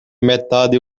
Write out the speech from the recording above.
metade